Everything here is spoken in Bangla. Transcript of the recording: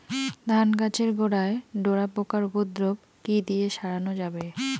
ধান গাছের গোড়ায় ডোরা পোকার উপদ্রব কি দিয়ে সারানো যাবে?